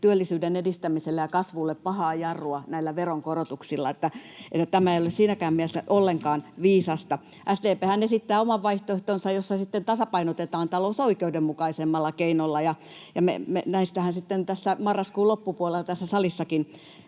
työllisyyden edistämiselle ja kasvulle pahaa jarrua näillä veronkorotuksilla, niin että tämä ei ole siinäkään mielessä ollenkaan viisasta. SDP:hän esittää oman vaihtoehtonsa, jossa sitten tasapainotetaan talous oikeudenmukaisemmalla keinolla, ja näistä meidän vaihtoehtobudjeteistahan